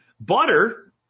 Butter